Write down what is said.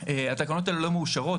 התקנות האלה לא מאושרות.